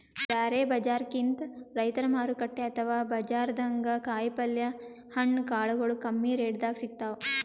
ಬ್ಯಾರೆ ಬಜಾರ್ಕಿಂತ್ ರೈತರ್ ಮಾರುಕಟ್ಟೆ ಅಥವಾ ಬಜಾರ್ದಾಗ ಕಾಯಿಪಲ್ಯ ಹಣ್ಣ ಕಾಳಗೊಳು ಕಮ್ಮಿ ರೆಟೆದಾಗ್ ಸಿಗ್ತಾವ್